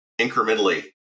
incrementally